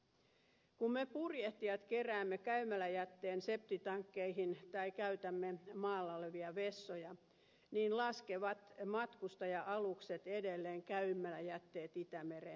kun me purjehtijat keräämme käymäläjätteen septitankkeihin tai käytämme maalla olevia vessoja niin laskevat matkustaja alukset edelleen käymäläjätteet itämereen